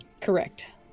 correct